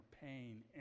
pain